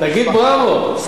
תגיד בראבו.